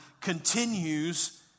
continues